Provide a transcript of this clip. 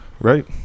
Right